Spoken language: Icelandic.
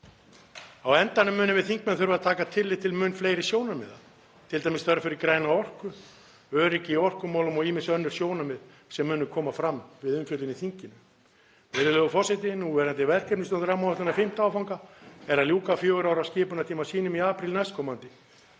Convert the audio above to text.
Á endanum munum við þingmenn þurfa að taka tillit til mun fleiri sjónarmiða, t.d. þörf fyrir græna orku, öryggi í orkumálum og ýmis önnur sjónarmið sem munu koma fram við umfjöllun í þinginu. Virðulegur forseti. Núverandi verkefnisstjórn rammaáætlunar, 5. áfanga, er að ljúka fjögurra ára skipunartíma sínum í apríl næstkomandi.